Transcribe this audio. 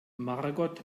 margot